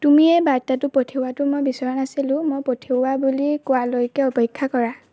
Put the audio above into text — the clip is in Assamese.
তুমি এই বাৰ্তাটো পঠিওৱাটো মই বিচৰা নাছিলোঁ মই পঠিওৱা বুলি কোৱালৈকে অপেক্ষা কৰা